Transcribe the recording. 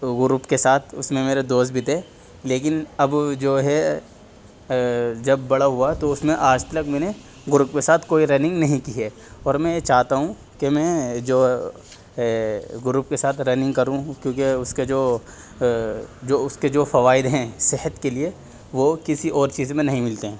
تو گروپ کے ساتھ اس میں میرے دوست بھی تھے لیکن اب جو ہے جب بڑا ہوا تو اس میں آج تلک میں نے گروپ کے ساتھ کوئی رننگ نہیں کی ہے اور میں یہ چاہتا ہوں کہ میں جو گروپ کے ساتھ رننگ کروں کیونکہ اس کے جو جو اس کے جو فوائد ہیں صحت کے لیے وہ کسی اور چیز میں نہیں ملتے ہیں